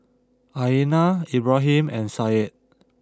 Aina Ibrahim and Syed